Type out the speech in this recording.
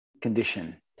condition